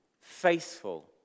faithful